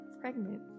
pregnant